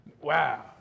Wow